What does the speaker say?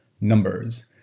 numbers